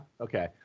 Okay